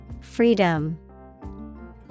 Freedom